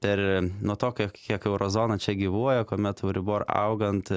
per nuo tuo kiek kiek euro zoną čia gyvuoja kuomet euribor augant